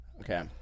Okay